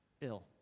ill